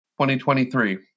2023